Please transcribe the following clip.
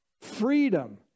Freedom